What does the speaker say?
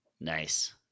Nice